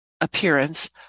appearance